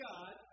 God